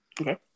okay